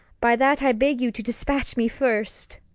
by that i beg you to dispatch me first.